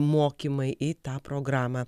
mokymai į tą programą